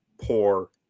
poor